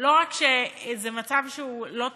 שלא רק שזה מצב שהוא לא תקין,